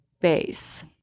Base